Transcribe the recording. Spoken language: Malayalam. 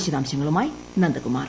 വിശദാംശങ്ങളുമായി നന്ദകുമാർ